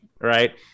right